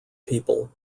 people